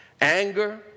anger